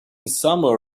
somewhere